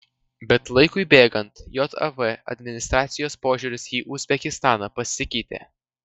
bet laikui bėgant jav administracijos požiūris į uzbekistaną pasikeitė